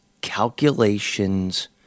calculations